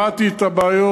שמעתי את הבעיות,